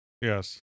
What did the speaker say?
yes